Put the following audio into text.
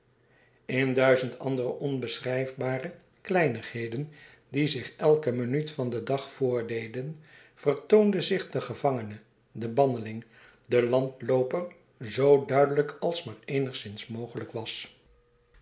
in duizend andere onbeschrijfbare kleinigheden die zich elke minuut van den dag voordeden vertoonde zich de gevangene de banneling de landlooper zoo duidelijk als maar eenigszins mogelijk was